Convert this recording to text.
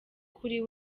kuri